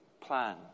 plan